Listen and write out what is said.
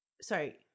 Sorry